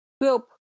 group